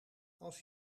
als